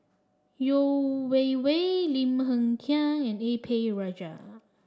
Yeo Wei Wei Lim Hng Kiang and A P Rajah